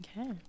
Okay